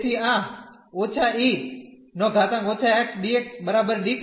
તેથી આ −e−x dxdt